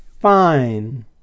fine